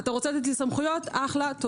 אתה